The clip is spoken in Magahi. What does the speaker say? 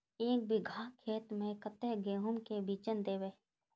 एक बिगहा खेत में कते गेहूम के बिचन दबे?